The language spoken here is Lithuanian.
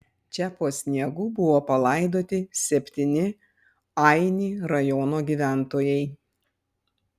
čia po sniegu buvo palaidoti septyni aini rajono gyventojai